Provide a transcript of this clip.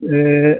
यह